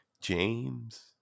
James